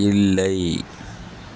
இல்லை